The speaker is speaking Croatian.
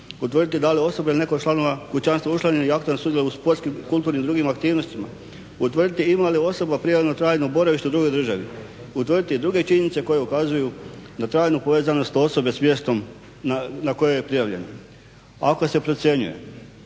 utvrditi da li osobe ili netko od članova kućanstva učlanjene ili aktivno sudjeluju u sportskim i kulturnim i drugim aktivnostima, utvrditi ima li osoba prijavljeno trajno boravište u drugoj državi. Utvrditi i druge činjenice koje ukazuju na trajnu povezanost osobe sa mjestom na koje je prijavljeno. Ako se procjenjuje